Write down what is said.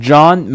John